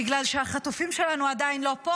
בגלל שהחטופים שלנו עדיין לא פה.